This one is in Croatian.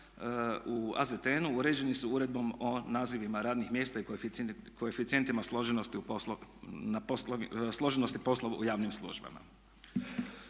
u AZTN-u uređeni su Uredbom o nazivima radnih mjesta i koeficijentima složenosti poslova u javnim službama.